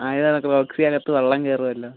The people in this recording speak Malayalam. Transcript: വെള്ളം കയറുമല്ലോ